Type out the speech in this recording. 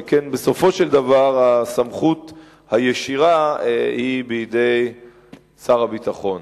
שכן בסופו של דבר הסמכות הישירה היא של שר הביטחון,